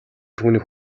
түүнийг